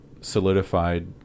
solidified